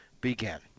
began